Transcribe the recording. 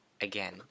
again